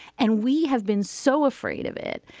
and we have been so afraid of it.